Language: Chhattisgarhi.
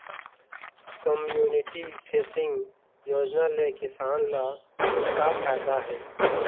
कम्यूनिटी फेसिंग योजना ले किसान ल का फायदा हे?